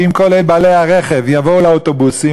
שאם כל בעלי הרכב יבואו לאוטובוסים,